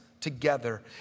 together